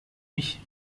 mich